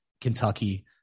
Kentucky